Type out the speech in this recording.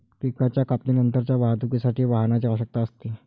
पिकाच्या कापणीनंतरच्या वाहतुकीसाठी वाहनाची आवश्यकता असते